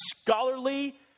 scholarly